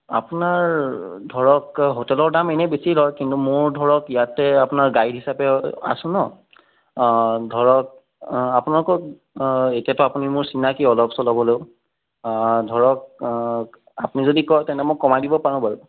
আপোনাৰ ধৰক হোটেলৰ দাম এনে বেছি লয় কিন্তু মোৰ ধৰক ইয়াতে আপোনাৰ গাইড হিচাপেও আছোঁ ন ধৰক আপোনালোকৰ এতিয়াতো আপুনি মোৰ চিনাকি অলপ চলপ হ'লেও ধৰক আপুনি যদি কয় তেন্তে মই কমাই দিব পাৰোঁ বাৰু